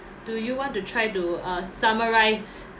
do you want to try to uh summarise